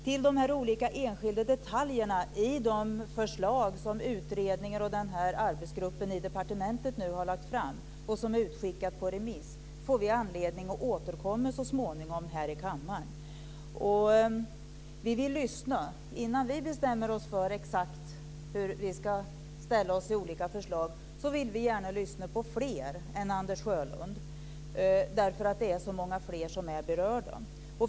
Till de olika enskilda detaljer i de förslag som utredningar och arbetsgruppen i departementet har lagt fram och som är utskickade på remiss får vi anledning att återkomma så småningom här i kammaren. Vi vill lyssna innan vi bestämmer oss för exakt hur vi ska ställa oss i olika förslag. Vi vill gärna lyssna på fler än Anders Sjölund. Det är nämligen så många fler som är berörda.